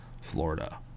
Florida